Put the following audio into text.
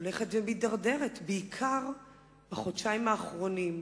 הולכת ומידרדרת, בעיקר בחודשיים האחרונים.